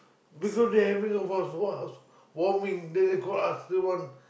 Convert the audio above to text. because they having a everything warming then they call us they want